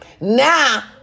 Now